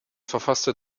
verfasste